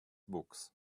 books